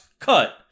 cut